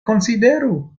konsideru